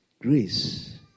Grace